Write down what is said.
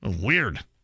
Weird